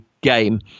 game